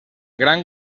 gran